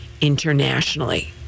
internationally